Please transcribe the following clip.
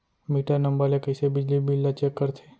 Metre number ले कइसे बिजली बिल ल चेक करथे?